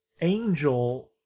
Angel